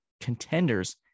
contenders